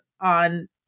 on